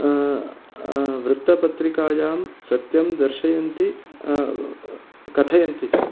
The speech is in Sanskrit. वृत्तपत्रिकायां सत्यं दर्शयन्ति कथयन्ति च